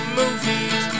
movies